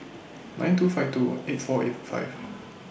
nine two five two eight four eight five